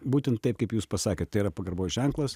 būtent taip kaip jūs pasakėt tai yra pagarbos ženklas